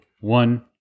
one